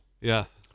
Yes